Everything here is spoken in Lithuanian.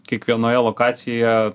kiekvienoje lokacijoje